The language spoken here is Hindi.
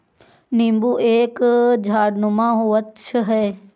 नींबू एक झाड़नुमा वृक्ष है